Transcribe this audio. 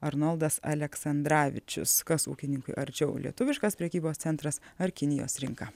arnoldas aleksandravičius kas ūkininkui arčiau lietuviškas prekybos centras ar kinijos rinka